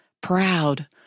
proud